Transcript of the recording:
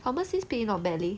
pharmacies pay not bad leh